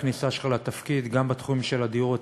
הכניסה שלך לתפקיד גם בתחום של הדיור הציבורי.